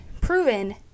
proven